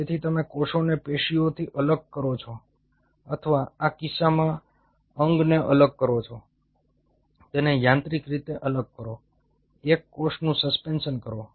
તેથી તમે કોષોને પેશીઓથી અલગ કરો છો અથવા આ કિસ્સામાં અંગને અલગ કરો તેને યાંત્રિક રીતે અલગ કરો એક કોષનું સસ્પેન્શન કરો